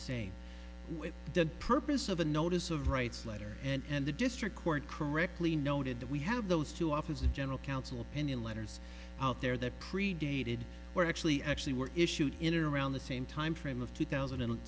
same with the purpose of a notice of rights letter and the district court correctly noted that we have those two office of general counsel opinion letters out there that predated or actually actually were issued in or around the same time frame of two thousand and